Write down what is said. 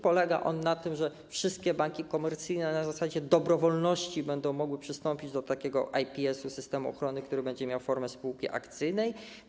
Polega on na tym, że wszystkie banki komercyjne na zasadzie dobrowolności będą mogły przystąpić do IPS, systemu ochrony, który będzie miał formę spółki akcyjnej.